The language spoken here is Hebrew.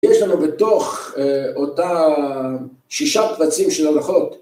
יש לנו בתוך אותם שישה קבצים של הלכות